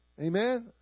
Amen